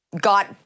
got